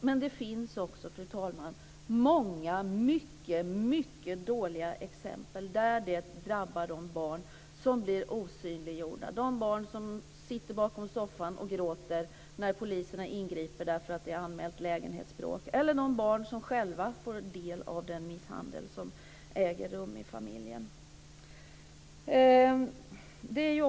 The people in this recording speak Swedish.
Men det finns också, fru talman, många mycket dåliga exempel där barn som drabbas blir osynliga - barn som sitter bakom soffan och gråter när poliserna ingriper därför att det har anmälts lägenhetsbråk eller barn som själva får del av den misshandel som äger rum i familjen.